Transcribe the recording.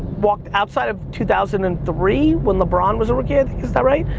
walked, outside of two thousand and three, when lebron was working, i think, is that right,